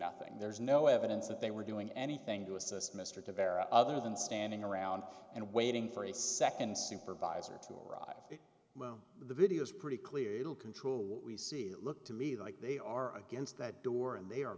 nothing there's no evidence that they were doing anything to assist mr to vera other than standing around and waiting for a second supervisor to arrive the video is pretty clear it will control what we see it looked to me like they are against that door and they are